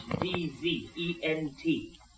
D-Z-E-N-T